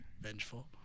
Vengeful